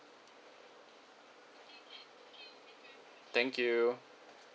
thank you